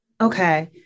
Okay